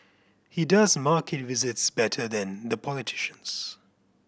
he does market visits better than the politicians